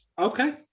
Okay